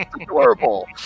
Adorable